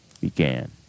began